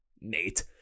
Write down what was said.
Nate